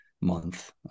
month